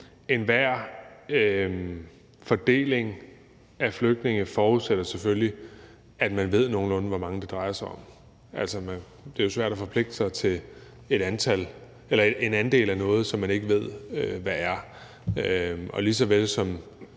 enhver fordeling af flygtninge selvfølgelig forudsætter, at man ved nogenlunde, hvor mange det drejer sig om. Altså, det er jo svært at forpligte sig til en andel af noget, som man ikke ved hvad er.